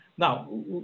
Now